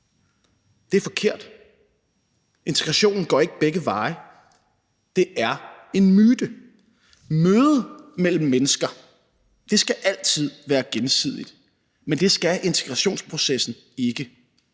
Det er forkert. Integrationen går ikke begge veje. Det er en myte. Mødet mellem mennesker skal altid være gensidigt, men det skal integrationsprocessen ikke.